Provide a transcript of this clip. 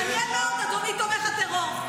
מעניין מאוד, אדוני תומך הטרור.